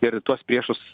ir tuos priešus